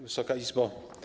Wysoka Izbo!